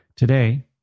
Today